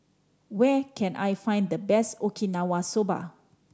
where can I find the best Okinawa Soba